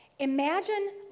Imagine